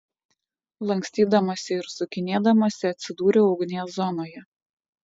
lankstydamasi ir sukinėdamasi atsidūriau ugnies zonoje